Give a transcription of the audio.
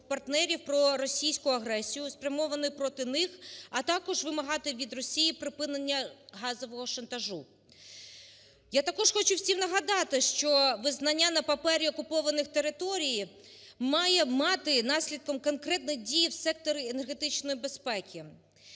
партнерів про російську агресію, спрямовану проти них, а також вимагати від Росії припинення газового шантажу. Я також хочу всім нагадати, що визнання на папері окупованих територій має мати наслідком конкретної дії в секторі енергетичної безпеки.